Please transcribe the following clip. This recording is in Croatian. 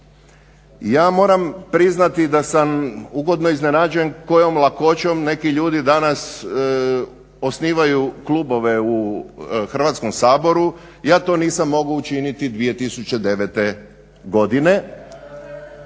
Ja moram priznati da sam ugodno iznenađen kojom lakoćom neki ljudi danas osnivaju klubove u Hrvatskom saboru, ja to nisam mogao učiniti 2009. godine.